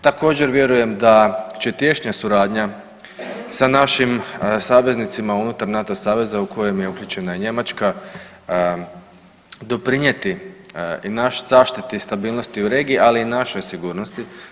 Također vjerujem da će tješnja suradnja sa našim saveznicima unutar NATO saveza u kojem je uključena i Njemačka doprinijeti i našoj zaštiti i stabilnosti u regiji, ali i našoj sigurnosti.